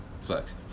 Flex